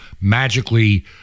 magically